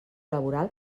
laboral